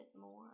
more